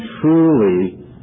truly